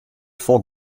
folk